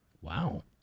Wow